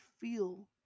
feel